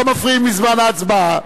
לא מפריעים בזמן ההצבעה.